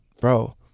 bro